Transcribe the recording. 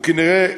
כדי שזה יאושר.